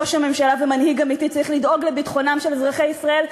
ראש הממשלה ומנהיג אמיתי צריך לדאוג לביטחונם של אזרחי ישראל,